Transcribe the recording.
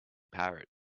parrot